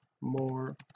more